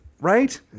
right